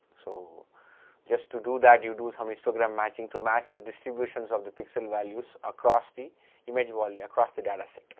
so just to do that, you do some histogram matching to match the distributions of the pixel values are across the image volume, across the dataset.